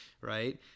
right